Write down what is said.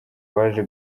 baje